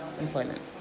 employment